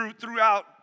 throughout